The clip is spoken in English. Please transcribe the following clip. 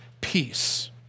peace